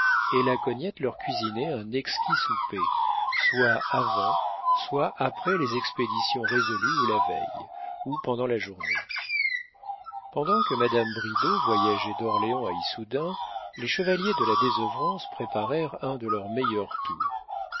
et la cognette leur cuisinait un exquis souper soit avant soit après les expéditions résolues ou la veille ou pendant la journée pendant que madame bridau voyageait d'orléans à issoudun les chevaliers de la désœuvrance préparèrent un de leurs meilleurs tours